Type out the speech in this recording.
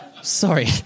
Sorry